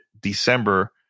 December